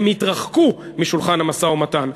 הם התרחקו משולחן המשא-ומתן.